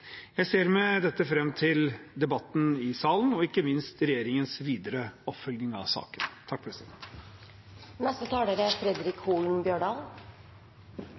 Jeg ser med dette fram til debatten i salen og ikke minst regjeringens videre oppfølging av saken. Eg kan i all hovudsak slutte meg til saksordføraren sine betraktningar. Folkefinansiering er